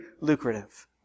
lucrative